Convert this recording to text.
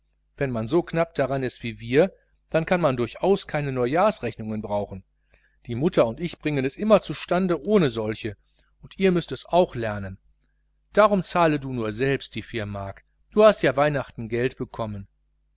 wenn man so knapp daran ist wie wir dann kann man durchaus keine neujahrsrechnungen brauchen die mutter und ich bringen es immer zustande ohne solche und ihr müßt es auch lernen darum zahle du nur selbst die vier mark du hast ja an weihnachten geld geschickt bekommen